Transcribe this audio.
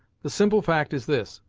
the simple fact is this.